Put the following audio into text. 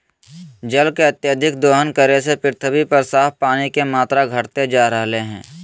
जल के अत्यधिक दोहन करे से पृथ्वी पर साफ पानी के मात्रा घटते जा रहलय हें